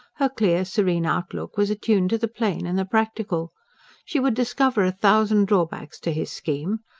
her clear, serene outlook was attuned to the plain and the practical she would discover a thousand drawbacks to his scheme,